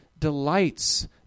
delights